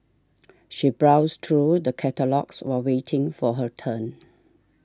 she browsed through the catalogues while waiting for her turn